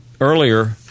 earlier